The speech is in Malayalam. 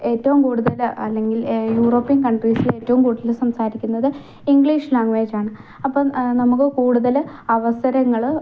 ഏറ്റവും കൂടുതൽ അല്ലെങ്കിൽ യൂറോപ്യൻ കൺഡ്രീസിൽ ഏറ്റോം കൂടുതൽ സംസാരിക്കുന്നത് ഇംഗ്ലീഷ് ലാംഗ്വേജാണ് അപ്പം നമുക്ക് കൂടുതൽ അവസരങ്ങൾ